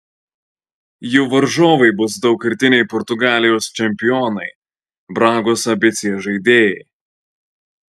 jų varžovai bus daugkartiniai portugalijos čempionai bragos abc žaidėjai